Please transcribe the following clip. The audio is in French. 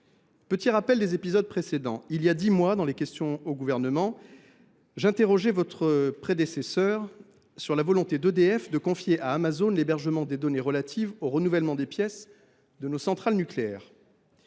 de rappeler les épisodes précédents. Il y a dix mois, lors des questions d’actualité au Gouvernement, j’interrogeais votre prédécesseure sur la volonté d’EDF de confier à Amazon l’hébergement des données relatives au renouvellement des pièces de nos centrales nucléaires.